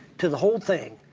to the whole thing,